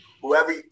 Whoever